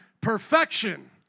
Perfection